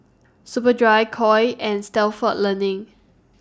Superdry Koi and Stalford Learning